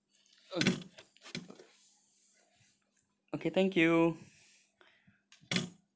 okay okay thank you